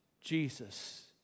Jesus